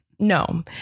No